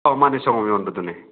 ꯑꯧ ꯃꯥꯅꯦ ꯁꯪꯒꯣꯝ ꯌꯣꯟꯕꯗꯨꯅꯦ